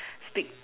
speak